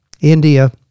India